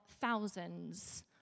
thousands